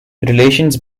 relations